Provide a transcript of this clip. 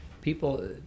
people